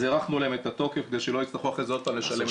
אז הארכנו להם את התוקף כדי שלא יצטרכו אחרי זה עוד פעם לשלם.